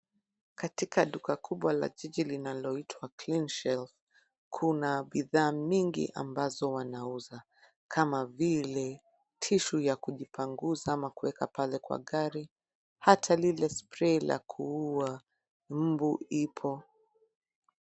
Katika duka kubwa la jiji linaloitwa Cleanshelf , kuna bidhaa mingi ambazo wanauza, kama vile tissue ya kujipangusa ama kuweka pale kwa gari, hata lile spray la kuua mbu lipo .